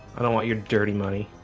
i don't want your dirty money.